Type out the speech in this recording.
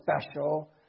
special